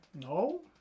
No